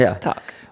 talk